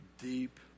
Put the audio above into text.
deep